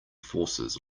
forces